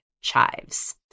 chives